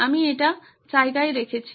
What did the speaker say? আমি এটা জায়গায় রেখেছি